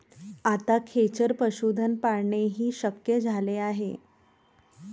आता खेचर पशुधन पाळणेही शक्य झाले आहे